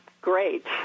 great